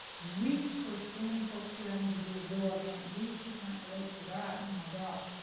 reach, course so many folks here, having to deal with low organic reach, who can't relate to that? oh my gosh.